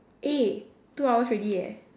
eh two hours already eh